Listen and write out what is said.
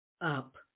up